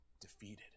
defeated